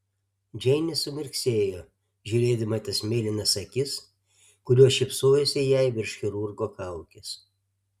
džeinė sumirksėjo žiūrėdama į tas mėlynas akis kurios šypsojosi jai virš chirurgo kaukės